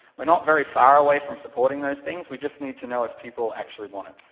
we're not very far away from supporting those things, we just need to know if people actually want it.